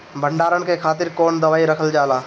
भंडारन के खातीर कौन दवाई रखल जाला?